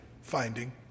finding